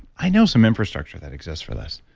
i know some infrastructure that exists for this.